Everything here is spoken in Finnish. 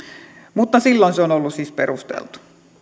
mutta silloin se on ollut siis perusteltua